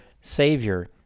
Savior